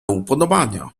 upodobania